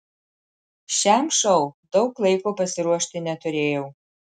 šiam šou daug laiko pasiruošti neturėjau